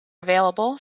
available